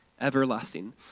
everlasting